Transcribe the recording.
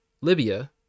libya